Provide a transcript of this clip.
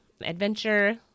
adventure